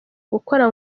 gukora